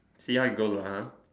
see how it goes ah !huh!